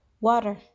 Water